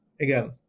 again